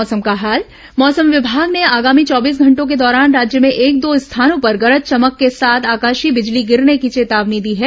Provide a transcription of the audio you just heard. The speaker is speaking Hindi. मौसम मौसम विभाग ने आगामी चौबीस घंटों के दौरान राज्य में एक दो स्थानों पर गरज चमक के साथ आकाशीय बिजली गिरने की चेतावनी दी है